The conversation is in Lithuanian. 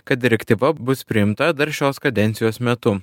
kad direktyva bus priimta dar šios kadencijos metu